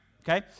Okay